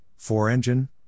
four-engine